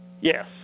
yes